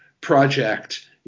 project